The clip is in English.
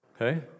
Okay